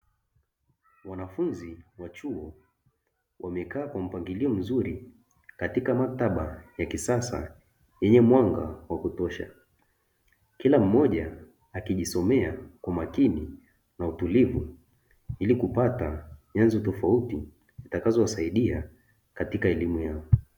Wanafunzi wa chuo wamekaa kwa mpangilia mzuri katika maktaba ya kisasa yenye mwanga wa kutosha, kila mmoja akijisomea kwa makini na utulivu ili kupata nyenzo tofauti zitakazowasaidia katika elimu yao.